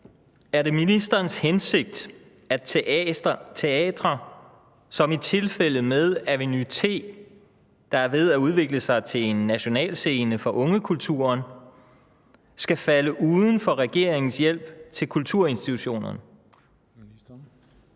Er det ministerens hensigt, at teatre, som i tilfældet med Aveny-T, der er ved at udvikle sig til en nationalscene for ungekulturen, skal falde uden for regeringens hjælp til kulturinstitutionerne?